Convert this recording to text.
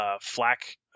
flak